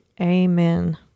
Amen